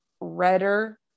redder